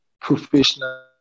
professional